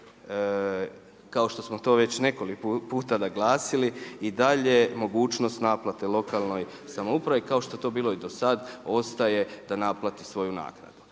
kao što smo to već nekoliko puta naglasili i dalje mogućnost naplate lokalnoj samoupravi kao što je to bilo i do sada, ostaje da naplati svoju naknadu.